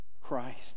Christ